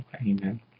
Amen